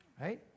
Right